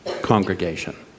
congregation